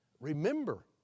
Remember